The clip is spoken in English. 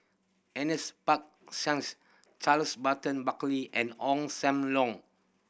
Ernest P Shanks Charles Burton Buckley and Ong Sam Leong